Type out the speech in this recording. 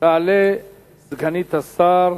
תעלה סגנית השר,